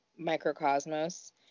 Microcosmos